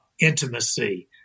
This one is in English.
intimacy